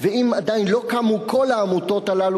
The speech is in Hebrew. ואם עדיין לא קמו כל העמותות האלה,